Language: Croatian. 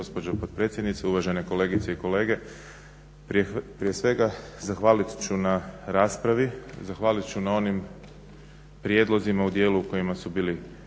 gospođo potpredsjednice, uvažene kolegice i kolege. Prije svega zahvalit ću na raspravi, zahvalit ću na onim prijedlozima u dijelu u kojima su bili